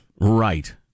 Right